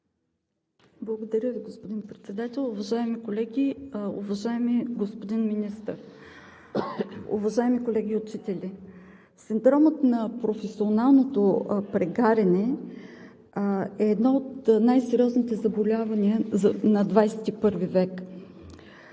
Благодаря Ви, господин Председател. Уважаеми колеги, уважаеми господин Министър, уважаеми колеги учители! Синдромът на професионалното прегаряне е едно от най-сериозните заболявания на XXI век.